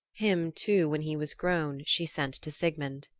him, too, when he was grown, she sent to sigmund.